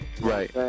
right